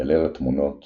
גלריית תמונות